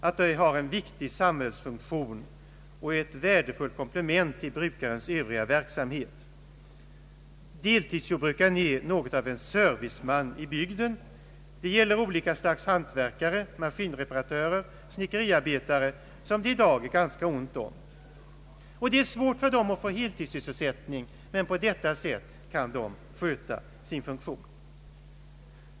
Det har en viktig samhällsfunktion och är ett värdefullt komplement till brukarens Övriga verksamhet. Deltidsjordbrukaren är något av en serviceman i bygden. Det gäller olika slags hantverkare, maskinreparatörer, snickare m.fl. som det i dag är ganska ont om. Det är svårt för dem att få heltidssysselsättning, men på detta sätt kan de sköta sin funktion.